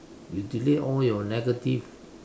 you delete all your negative